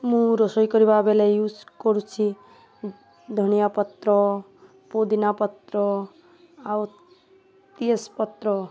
ମୁଁ ରୋଷେଇ କରିବା ବେଳେ ୟୁଜ୍ କରୁଛି ଧନିଆ ପତ୍ର ପୋଦିନା ପତ୍ର ଆଉ ତେଜ୍ ପତ୍ର